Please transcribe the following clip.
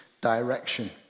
direction